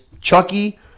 Chucky